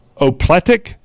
Opletic